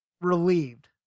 relieved